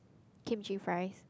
kimchi fries